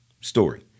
story